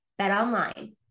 BetOnline